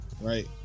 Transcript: right